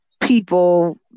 people